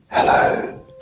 Hello